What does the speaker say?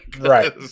Right